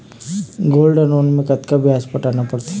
Gold loan मे कतका ब्याज पटाना पड़थे?